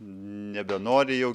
nebenori jau